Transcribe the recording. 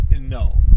No